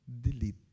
delete